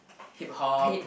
Hip-Hop